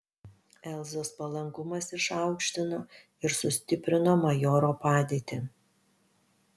elzos palankumas išaukštino ir sustiprino majoro padėtį